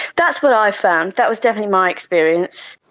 that's what i found, that was definitely my experience.